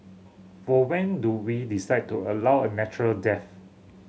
for when do we decide to allow a natural death